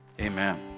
Amen